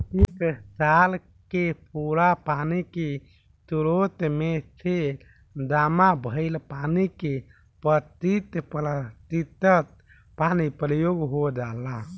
एक साल के पूरा पानी के स्रोत में से जामा भईल पानी के पच्चीस प्रतिशत पानी प्रयोग हो जाला